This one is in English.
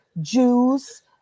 Jews